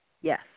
Yes